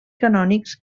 canònics